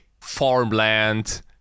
farmland